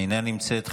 אינה נמצאת,